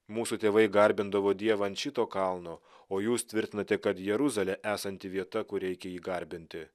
mūsų tėvai garbindavo dievą ant šito kalno o jūs tvirtinate kad jeruzalė esanti vieta kur reikia jį garbinti